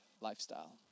lifestyle